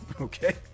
Okay